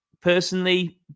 Personally